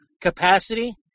capacity